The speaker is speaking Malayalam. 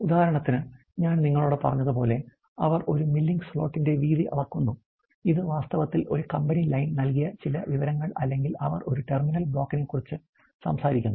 ഉദാഹരണത്തിന് ഞാൻ നിങ്ങളോട് പറഞ്ഞതുപോലെ അവർ ഒരു മില്ലിംഗ് സ്ലോട്ടിന്റെ വീതി അളക്കുന്നു ഇത് വാസ്തവത്തിൽ ഒരു കമ്പനി ലൈൻ നൽകിയ ചില വിവരങ്ങൾ അല്ലെങ്കിൽ അവർ ഒരു ടെർമിനൽ ബ്ലോക്കിനെക്കുറിച്ച് സംസാരിക്കുന്നു